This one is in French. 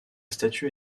statue